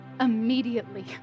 immediately